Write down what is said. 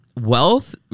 wealth